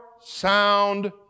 sound